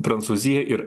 prancūzija ir